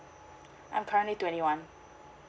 I'm currently twenty one